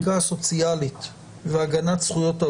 וחלק מהאוטונומיה הזאת באה לידי ביטוי בנושא של חוקי